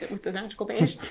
with the magical beige.